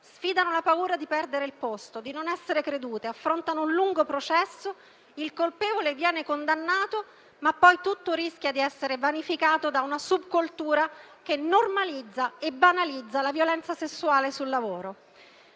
sfidano la paura di perdere il posto di lavoro e di non essere credute e affrontano un lungo processo. Il colpevole viene condannato, ma poi tutto rischia di essere vanificato da una subcultura che normalizza e banalizza la violenza sessuale sul lavoro.